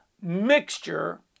mixture